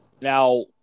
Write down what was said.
Now